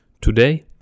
Today